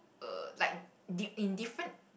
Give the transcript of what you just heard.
uh like dif~ in different